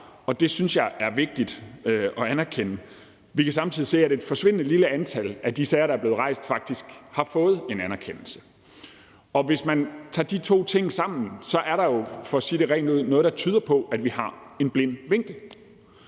det synes jeg er vigtigt at anerkende. Vi kan samtidig se, at i et forsvindende lille antal af de sager, der er blevet rejst, har man faktisk fået en anerkendelse. Hvis man ser på de to ting sammen, er der jo for at sige det rent ud noget, der tyder på, at vi har en blind vinkel.